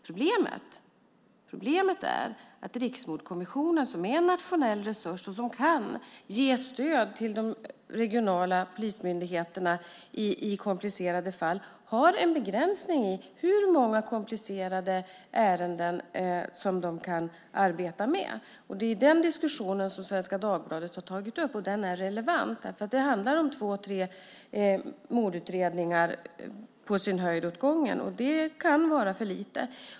Problemet är att Riksmordkommissionen, som är en nationell resurs och som kan ge stöd till de regionala polismyndigheterna i komplicerade fall, har en begränsning i hur många komplicerade ärenden som man kan arbeta med. Det är den diskussionen som Svenska Dagbladet har tagit upp, och den är relevant. Det handlar om på sin höjd två tre mordutredningar åt gången, och det kan vara för lite.